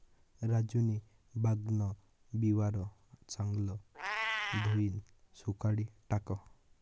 राजूनी भांगन बिवारं चांगलं धोयीन सुखाडी टाकं